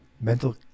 mental